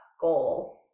goal